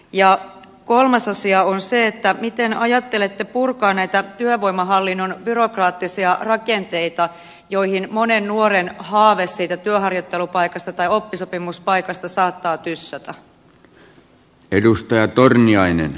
ja kolmas asia on se että miten ajattelette purkaa näitä työvoimahallinnon byrokraattisia rakenteita joihin monen nuoren haave siitä työharjoittelupaikasta tai oppisopimuspaikasta saattaa tyssätä